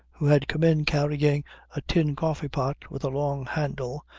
who had come in carrying a tin coffee-pot with a long handle,